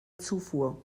zufuhr